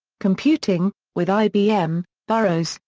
computing with ibm, burroughs,